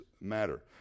matter